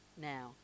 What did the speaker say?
now